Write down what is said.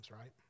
right